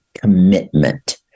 commitment